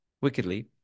wickedly